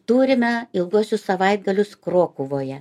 turime ilguosius savaitgalius krokuvoje